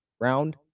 round